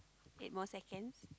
eight more seconds